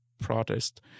protest